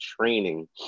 training